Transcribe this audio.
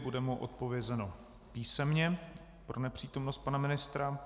Bude mu odpovězeno písemně pro nepřítomnost pana ministra.